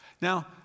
Now